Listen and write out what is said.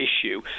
issue